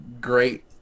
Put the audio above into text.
great